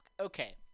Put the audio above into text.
okay